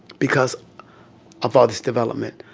because of all this development.